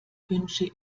wünsche